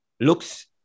looks